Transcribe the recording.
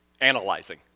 analyzing